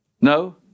No